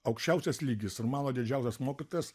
aukščiausias lygis ir mano didžiausias mokytojas